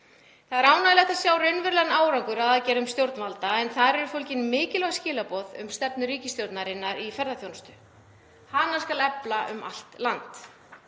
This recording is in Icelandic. Það er ánægjulegt að sjá raunverulegan árangur af aðgerðum stjórnvalda en þar eru fólgin mikilvæg skilaboð um stefnu ríkisstjórnarinnar í ferðaþjónustu: Hana skal efla um allt land.